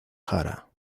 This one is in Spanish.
jara